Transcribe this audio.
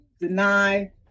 deny